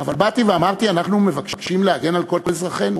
אבל באתי ואמרתי: אנחנו מבקשים להגן על כל אזרחינו,